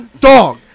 Dog